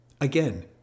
Again